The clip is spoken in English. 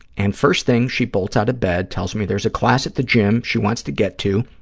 and first thing, she bolts out of bed, tells me there's a class at the gym she wants to get to